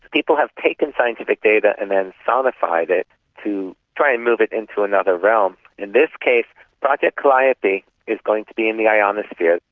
people have taken scientific data and then sonified it to try and move it into another realm. in this case project calliope is going to be in the ionosphere,